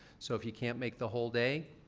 so, if you can't make the whole day,